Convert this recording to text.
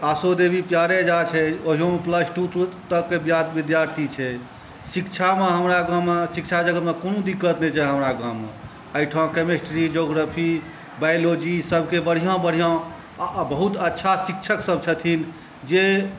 आसो देवी प्यारे झा छै ओहियोमे प्लसटू तक के विद्यार्थी छै शिक्षामे हमरा गाँममे शिक्षा जगतमे कोनो दिक्कत नहि छै हमरा गाँममे एहिठाम केमिस्ट्री जोग्रफी बायलोजी सबके बढ़िऑं बढ़िऑं आ बहुत अच्छा शिक्षकसब छथिन जे